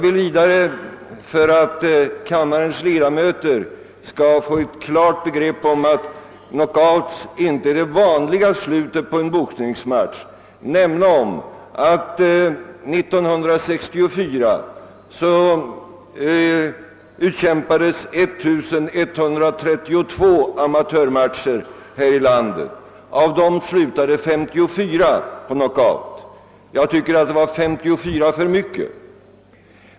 Och för att kammarens leda möter skall få klart för sig att knockouten inte är det vanliga slutet på en amatörboxningsmatch vill jag nämna att det 1964 utkämpades 1132 amatörmatcher här i landet, av vilka 54 slutade med knockout. Jag tycker att det var 54 för mycket.